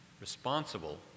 responsible